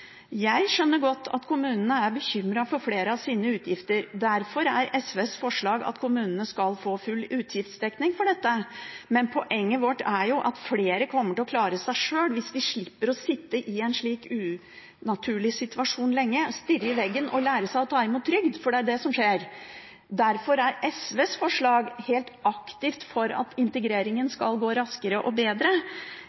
Jeg skjønner godt at kommunene er bekymret for flere av sine utgifter. Derfor er SVs forslag at kommunene skal få full utgiftsdekning for dette. Men poenget vårt er jo at flere kommer til å klare seg sjøl hvis de slipper å sitte i en slik unaturlig situasjon lenge, stirre i veggen og lære seg å ta imot trygd, for det er det som skjer. Derfor er SVs forslag helt aktivt for at integreringen